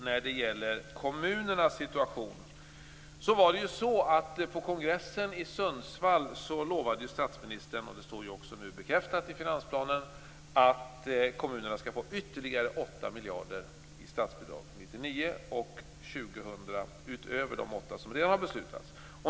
När det gäller kommunernas situation lovade statsministern på kongressen i Sundsvall - det bekräftas nu i finansplanen - att kommunerna skall få ytterligare 8 miljarder i statsbidrag 1999 och 2000, utöver de 8 miljarder som redan har beslutats.